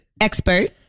expert